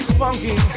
funky